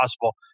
possible